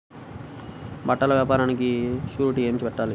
బట్టల వ్యాపారానికి షూరిటీ ఏమి పెట్టాలి?